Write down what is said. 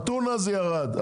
בטונה זה ירד.